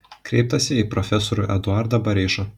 kreiptasi į profesorių eduardą bareišą